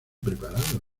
preparado